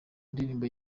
ndirimbo